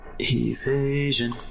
Evasion